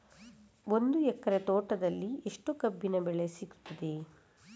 ಒಂದು ಎಕರೆ ತೋಟದಲ್ಲಿ ಎಷ್ಟು ಕಬ್ಬಿನ ಬೆಳೆ ಸಿಗುತ್ತದೆ?